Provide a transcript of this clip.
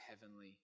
heavenly